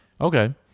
Okay